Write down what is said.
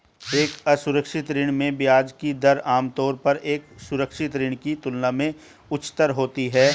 एक असुरक्षित ऋण में ब्याज की दर आमतौर पर एक सुरक्षित ऋण की तुलना में उच्चतर होती है?